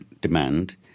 demand